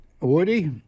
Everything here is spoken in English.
Woody